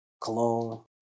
Cologne